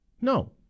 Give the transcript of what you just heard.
No